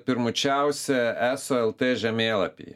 pirmučiausia eso lt žemėlapyje